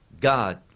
God